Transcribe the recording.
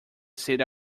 city